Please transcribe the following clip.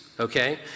Okay